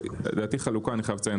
דעתי חלוקה אני חייב לציין,